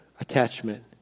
attachment